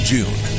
June